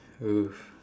ugh